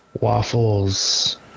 Waffles